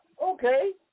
okay